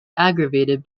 aggravated